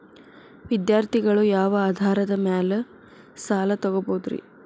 ವಿದ್ಯಾರ್ಥಿಗಳು ಯಾವ ಆಧಾರದ ಮ್ಯಾಲ ಸಾಲ ತಗೋಬೋದ್ರಿ?